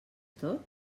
tot